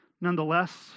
Nonetheless